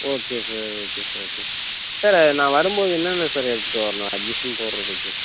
okay sir okay sir okay sir sir நான் வரும்போது என்னென்ன சார் எடுத்துட்டு வரணும் அட்மிஷன் போடுறதுக்கு